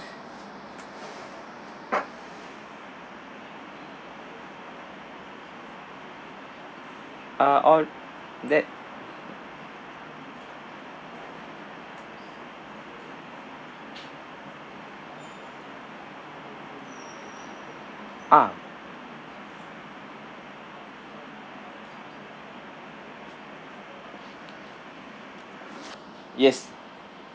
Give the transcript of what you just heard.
uh or that ah yes